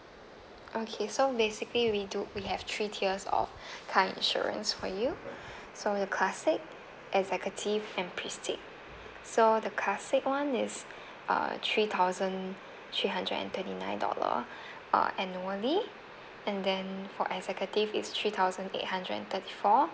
okay so basically we do we have three tiers of car insurance for you so the classic executive and prestige so the classic [one] is uh three thousand three hundred and twenty nine dollar uh annually and then for executive is three thousand eight hundred and thirty four